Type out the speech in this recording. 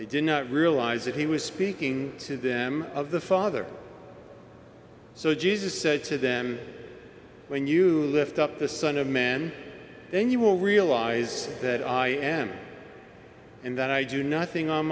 they did not realize that he was speaking to them of the father so jesus said to them when you lift up the son of man then you will realize that i am and that i do nothing on